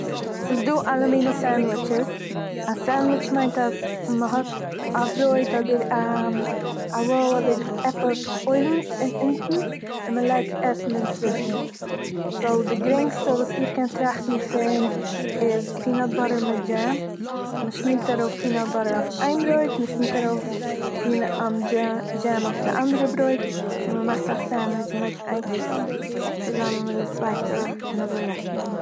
ס'איז דא אלע מיני סענדוויטשעס, א סענדוויטש מיינט, אז מ'האט א ברויט אדער א- א ראל אדער עפעס אויבן און אונטן און מען לייגט עסן אינצווישן, סו, די גרינגסטע וואס איך קען טראכטן פון, איז פינאט באטער מיט דזשעם מ'שמירט ארויף פינאט באטער אויף איין ברויט, מ'שמירט ארויף פינאט- דזשעם אויף די אנדערע ברויט און מען מאכט א סענדוויטש, מ'לייגט איינס צוזאמען מיט די צווייטע און אזוי עס מען